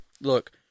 look